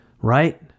right